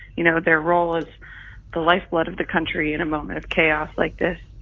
you know, their role is the lifeblood of the country in a moment of chaos like this.